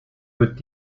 wird